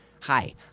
Hi